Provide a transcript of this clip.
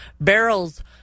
Barrels